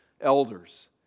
elders